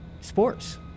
sports